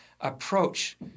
approach